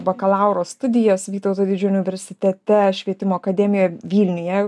bakalauro studijas vytauto didžiojo universitete švietimo akademija vilniuje